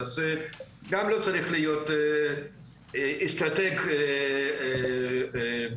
גם לא צריך להיות אסטרטג עליון